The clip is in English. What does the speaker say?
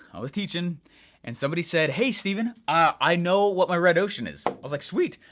i was teaching and somebody said, hey stephen i know what my red ocean is, i was like sweet.